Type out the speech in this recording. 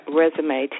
resume